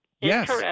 Yes